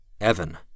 Evan